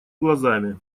глазами